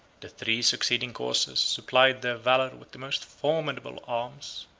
the three succeeding causes supplied their valor with the most formidable arms.